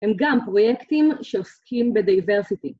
הם גם פרויקטים שעוסקים בדייברסיטי